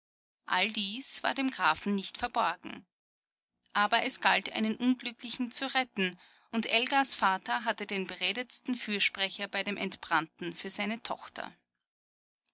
all dies war dem grafen nicht verborgen aber es galt einen unglücklichen zu retten und elgas vater hatte den beredtesten fürsprecher bei dem entbrannten für seine tochter